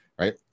Right